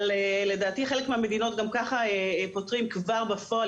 אבל לדעתי חלק מהמדינות גם ככה פוטרים כבר בפועל